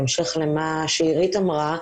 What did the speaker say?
בהמשך למה שאירית אמרה,